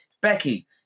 Becky